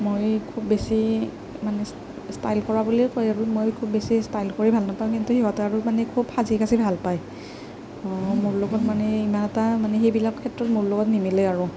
মই খুব বেছি মানে ষ্টাইল কৰা বুলিয়ে কয় আৰু মই খুব বেছি ষ্টাইল কৰি ভাল নাপাওঁ কিন্তু সিহঁতে আৰু মানে খুব সাজি কাচি ভাল পায় মোৰ লগত মানে ইমান এটা সেইবিলাক ক্ষেত্ৰত মোৰ লগত নিমিলে আৰু